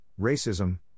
racism